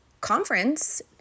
conference